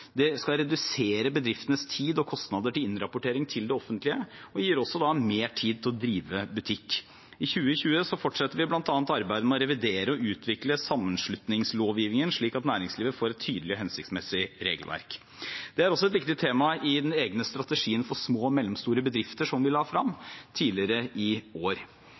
Det skal redusere bedriftenes tid og kostnader til innrapportering til det offentlige, og det gir da også mer tid til å drive butikk. I 2020 fortsetter vi bl.a. arbeidet med å revidere og utvikle sammenslutningslovgivningen, slik at næringslivet får et tydelig og hensiktsmessig regelverk. Det er også et viktig tema i den egne strategien for små og mellomstore bedrifter, som vi la frem tidligere i år.